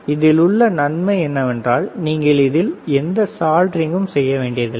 இதில் உள்ள நன்மை என்னவென்றால் நீங்கள் இதில் எந்த சாலிடரிங் செய்ய வேண்டியதில்லை